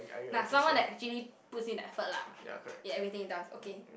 nah someone that actually puts in the effort lah in everything he does okay